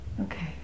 Okay